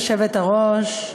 גברתי היושבת-ראש,